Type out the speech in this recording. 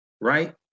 Right